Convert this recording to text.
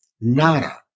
Nada